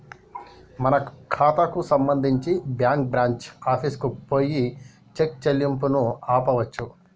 మన ఖాతాకు సంబంధించి బ్యాంకు బ్రాంచి ఆఫీసుకు పోయి చెక్ చెల్లింపును ఆపవచ్చు